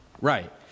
right